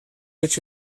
which